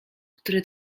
który